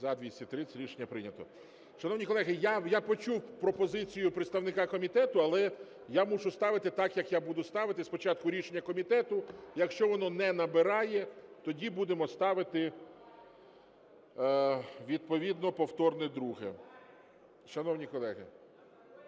За-230 Рішення прийнято. Шановні колеги, я почув пропозицію представника комітету, але я мушу ставити так, як я буду ставити: спочатку рішення комітету; якщо воно не набирає, тоді будемо ставити відповідно повторне друге. Шановні колеги,